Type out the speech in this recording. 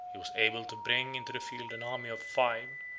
he was able to bring into the field an army of five,